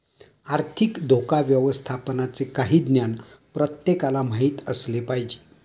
आर्थिक धोका व्यवस्थापनाचे काही ज्ञान प्रत्येकाला माहित असले पाहिजे